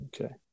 Okay